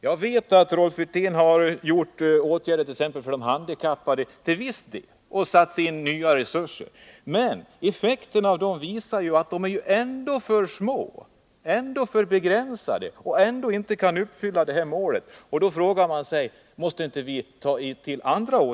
Jag vet att Rolf Wirtén till viss del har vidtagit åtgärder, t.ex. för de handikappade, och att det har satts in nya resurser. Men effekten av dessa åtgärder visar ju att de ändå är för begränsade och inte kan uppfylla målet. Då frågar man sig: Måste vi inte ta till andra åtgärder?